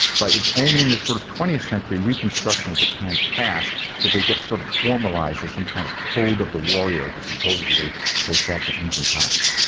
but it's only in the sort of twentieth century reconstruction of japan's past that they get sort of formalised as some kind of code of the warrior who supposedly goes back to ancient times.